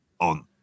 on